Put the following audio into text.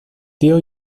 tío